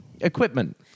Equipment